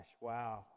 Wow